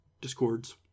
discords